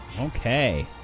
Okay